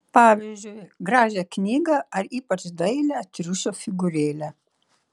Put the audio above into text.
pavyzdžiui gražią knygą ar ypač dailią triušio figūrėlę